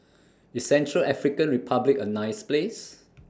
IS Central African Republic A nice Place